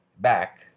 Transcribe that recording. back